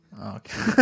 Okay